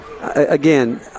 Again